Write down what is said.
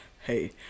hey